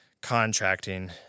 contracting